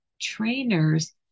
trainers